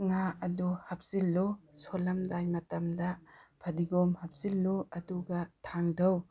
ꯉꯥ ꯑꯗꯨ ꯍꯥꯞꯆꯤꯜꯂꯨ ꯁꯣꯜꯂꯝꯗꯥꯏ ꯃꯇꯝꯗ ꯐꯗꯤꯒꯣꯝ ꯍꯥꯞꯆꯤꯜꯂꯨ ꯑꯗꯨꯒ ꯊꯥꯡꯊꯧ